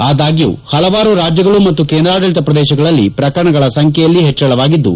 ಆದಾಗ್ಲೂ ಹಲವಾರು ರಾಜ್ಯಗಳು ಮತ್ತು ಕೇಂದ್ರಾಡಳತ ಪ್ರದೇಶಗಳಲ್ಲಿ ಪ್ರಕರಣಗಳ ಸಂಖ್ಲೆಯಲ್ಲಿ ಹೆಚ್ಚಳವಾಗಿದ್ದು